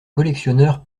collectionneur